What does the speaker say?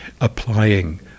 applying